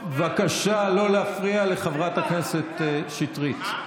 בבקשה לא להפריע לחברת הכנסת שטרית.